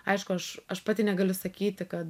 aišku aš aš pati negaliu sakyti kad